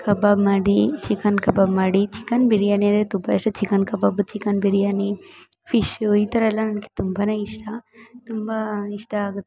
ಕಬಾಬ್ ಮಾಡಿ chicken kebab ಮಾಡಿ chicken biryani ಅಂದರೆ ತುಂಬ ಇಷ್ಟ chicken kebab chicken biryani fish ಈ ಥರಯೆಲ್ಲ ನನಗೆ ತುಂಬಾ ಇಷ್ಟ ತುಂಬ ಇಷ್ಟ ಆಗುತ್ತೆ